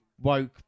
woke